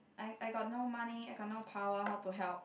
I I got no money I got no power how to help